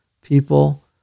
people